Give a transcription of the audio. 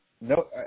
No